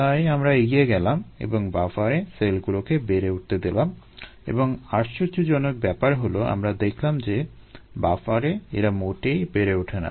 তাই আমরা এগিয়ে গেলাম এবং বাফারে সেলগুলোকে বেড়ে উঠতে দিলাম এবং আশ্চর্যজনক ব্যাপার হলো আমরা দেখলাম যে বাফারে এরা মোটেই বেড়ে ওঠে না